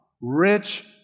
rich